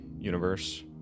universe